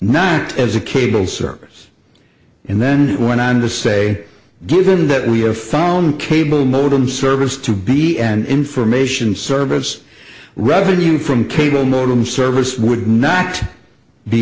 not as a cable service and then when under say given that we were found cable modem service to be an information service revenue from cable modem service would not be